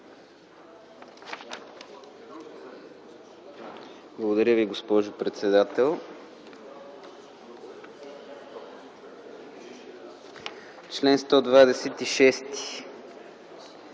Благодаря Ви, госпожо председател. По чл.